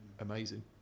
amazing